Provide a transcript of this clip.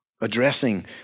addressing